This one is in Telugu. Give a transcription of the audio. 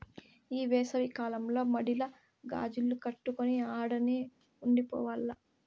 ఈ ఏసవి కాలంల మడిల గాజిల్లు కట్టుకొని ఆడనే ఉండి పోవాల్ల